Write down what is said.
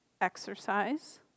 exercise